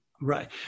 Right